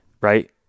right